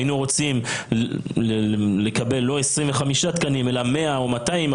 היינו רוצים לקבל לא 25 תקנים אלא 100 או 200,